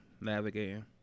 navigating